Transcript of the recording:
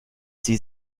sie